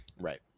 right